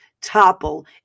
topple